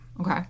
Okay